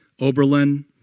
Oberlin